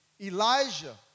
Elijah